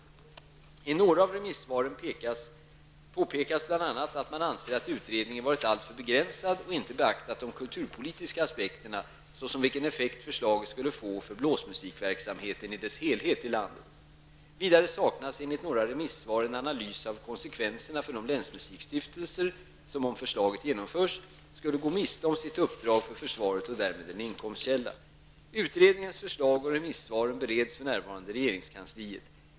I några av remissvaren påpekas bl.a. att man anser att utredningen varit alltför begränsad och inte beaktat de kulturpolitiska aspekterna såsom vilken effekt förslaget skulle få för blåsmusikverksamheten i dess helhet i landet. Vidare saknas enligt några remissvar en analys av konsekvenserna för de länsmusikstiftelser som -- om förslaget genomförs -- skulle gå miste om sitt uppdrag för försvaret och därmed en inkomstkälla. Utredningens förslag och remissvaren bereds för närvarande i regeringskansliet.